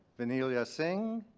vanila singh.